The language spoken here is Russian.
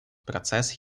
процесс